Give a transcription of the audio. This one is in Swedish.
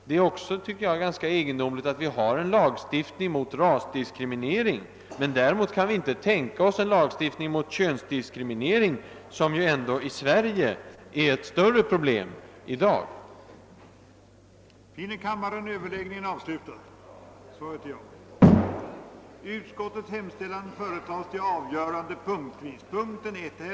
Det är också egendomligt, tycker jag, att vi har en lagstiftning mot rasdiskriminering men inte kan tänka oss en lag mot könsdiskriminering, som ju ändå här i Sverige är ett större problem i dag.